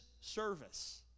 service